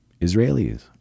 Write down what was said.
Israelis